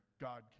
God